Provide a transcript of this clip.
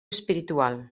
espiritual